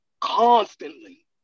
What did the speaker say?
constantly